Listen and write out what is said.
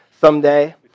someday